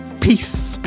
Peace